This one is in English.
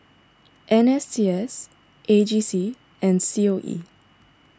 N S C S A G C and C O E